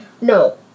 No